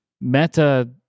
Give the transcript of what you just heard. meta